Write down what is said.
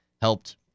helped